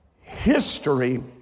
history